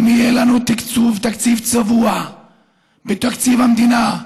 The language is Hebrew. אם יהיה לנו תקציב צבוע בתקציב המדינה,